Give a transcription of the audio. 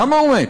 למה הוא מת?